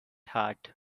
heart